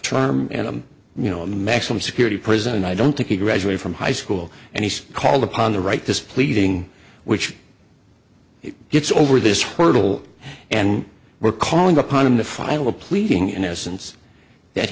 trying you know a maximum security prison and i don't think he graduated from high school and he's called upon to write this pleading which he gets over this hurdle and we're calling upon him to file a pleading innocence that